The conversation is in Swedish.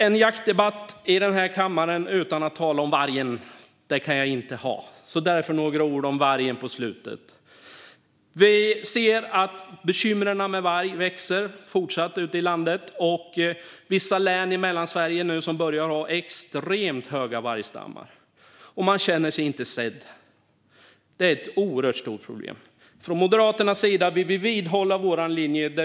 En jaktdebatt i denna kammare utan att tala om vargen kan jag inte ha. Därför kommer några ord om vargen på slutet. Vi ser att bekymren med varg fortsätter att växa ute i landet. Vissa län i Mellansverige börjar få extremt stora vargstammar. Man känner sig inte sedd. Det är ett oerhört stort problem. Från Moderaternas sida håller vi fast vid vår linje.